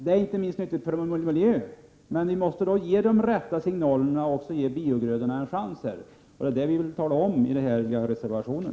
Det är inte minst nyttigt för miljön, men vi måste då ge rätta signalerna och också ge biogrödorna en chans. Det är detta vi vill tala om i reservationen.